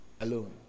alone